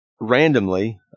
randomly